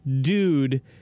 dude